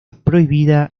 prohibida